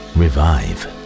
revive